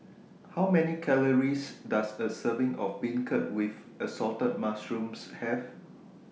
How Many Calories Does A Serving of Beancurd with Assorted Mushrooms Have